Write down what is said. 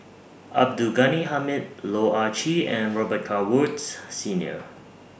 Abdul Ghani Hamid Loh Ah Chee and Robet Carr Woods Senior